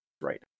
right